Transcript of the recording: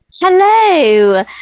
Hello